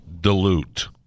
dilute